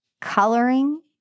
coloring